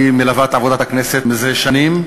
היא מלווה את עבודת הכנסת מזה שנים.